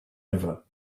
ever